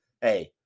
hey